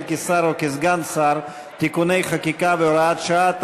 כשר או כסגן שר (תיקוני חקיקה והוראת שעה),